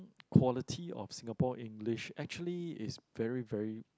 quality of Singapore English actually is very very